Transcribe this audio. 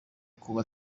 kuba